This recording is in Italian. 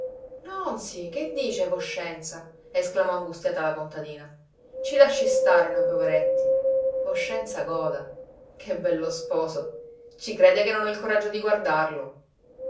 venerina nonsí che dice voscenza esclamò angustiata la contadina ci lasci stare noi poveretti voscenza goda che bello sposo ci crede che non ho il coraggio di guardarlo